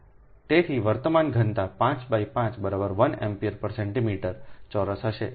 તેથી વર્તમાન ઘનતા 55 1 Acm એમ્પીયર પ્રતિ સેન્ટીમીટર ચોરસ હશે